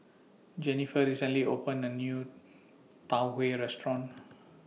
Jenniffer recently opened A New Tau Restaurant